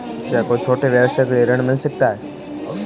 क्या कोई छोटे व्यवसाय के लिए ऋण मिल सकता है?